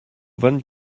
vingt